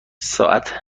ساعت